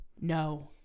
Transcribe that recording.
No